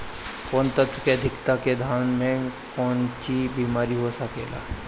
कौन तत्व के अधिकता से धान में कोनची बीमारी हो जाला?